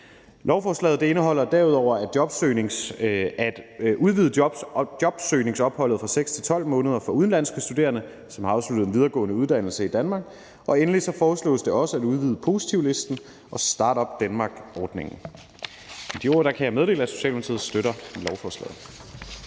Lovforslaget indeholder derudover en udvidelse af jobsøgningsopholdet fra 6 til 12 måneder for udenlandske studerende, som har afsluttet en videregående uddannelse i Danmark, og endelig foreslås det også at udvide positivlisten og Start-up Denmark-ordningen. Med de ord kan jeg meddele, at Socialdemokratiet støtter lovforslaget.